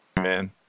man